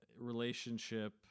relationship